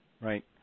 Right